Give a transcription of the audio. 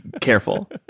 careful